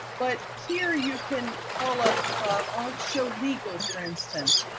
but here, you can call up i'll show legal, for instance.